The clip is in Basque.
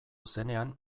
zenean